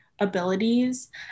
abilities